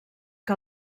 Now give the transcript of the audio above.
que